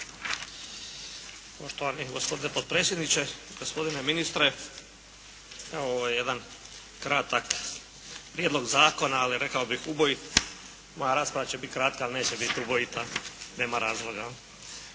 Poštovani gospodine potpredsjedniče, gospodine ministre. Evo ovo je jedan kratak prijedlog zakona, ali rekao bih ubojit. Moja rasprava će biti kratka, ali neće biti ubojita. Nema razloga.